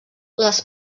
les